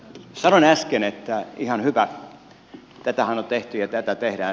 sanoin äsken että ihan hyvä tätähän on tehty ja tätä tehdään